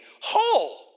whole